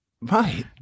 Right